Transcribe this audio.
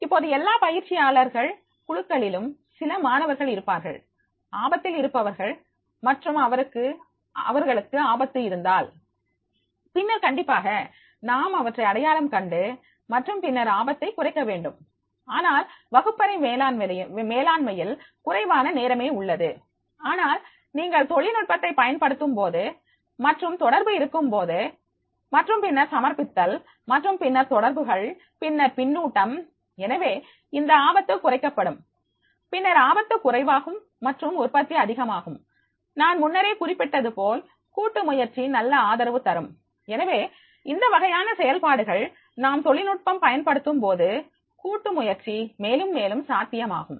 இப்போது எல்லா பயிற்சியாளர்கள் குழுக்களிலும் சில மாணவர்கள் இருப்பார்கள் ஆபத்தில் இருப்பவர்கள் மற்றும் அவர்களுக்கு ஆபத்து இருந்தால் பின்னர் கண்டிப்பாக நாம் அவற்றை அடையாளம் கண்டு மற்றும் பின்னர் ஆபத்தை குறைக்க வேண்டும் ஆனால் வகுப்பறை மேலாண்மையில் குறைவான நேரமே உள்ளது ஆனால் நீங்கள் தொழில்நுட்பத்தை பயன்படுத்தும் போது மற்றும் தொடர்பு இருக்கும் போது மற்றும் பின்னர் சமர்ப்பித்தல் மற்றும் பின்னர் தொடர்புகள் பின்னர் பின்னூட்டம் எனவே இந்த ஆபத்து குறைக்கப்படும் பின்னர் ஆபத்து குறைவாகும் மற்றும் உற்பத்தி அதிகமாகும் நான் முன்னரே குறிப்பிட்டது போல் கூட்டுமுயற்சி நல்ல ஆதரவு தரும் எனவே இந்த வகையான செயல்பாடுகள் நாம் தொழில்நுட்பம் பயன்படுத்தும்போது கூட்டு முயற்சி மேலும் மேலும் சாத்தியமாகும்